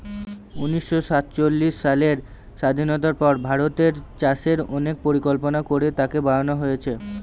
উনিশশো সাতচল্লিশ সালের স্বাধীনতার পর ভারতের চাষে অনেক পরিকল্পনা করে তাকে বাড়নো হয়েছে